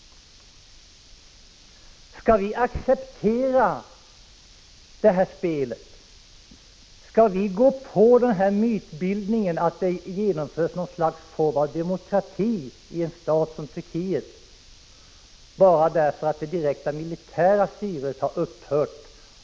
Skall vi acceptera det spel som pågår? Skall vi gå på mytbildningen att det genomförs något slags demokrati i en stat som Turkiet, bara därför att det direkta militärstyret har upphört?